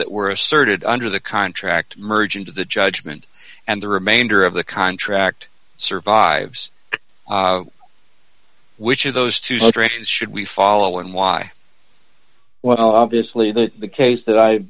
that were asserted under the contract merge into the judgment and the remainder of the contract survives which of those two hundred should we follow and why well obviously the case that i